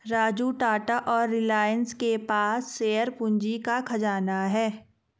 राजू टाटा और रिलायंस के पास शेयर पूंजी का खजाना है